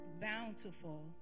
bountiful